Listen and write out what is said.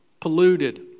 polluted